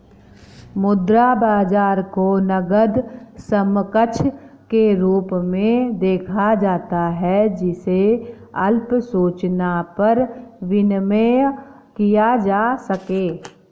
मुद्रा बाजार को नकद समकक्ष के रूप में देखा जाता है जिसे अल्प सूचना पर विनिमेय किया जा सके